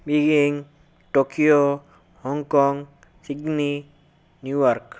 Beijing Tokyo Hong Kong Sydney New York